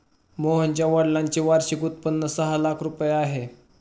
मोहनच्या वडिलांचे वार्षिक उत्पन्न सहा लाख रुपये आहे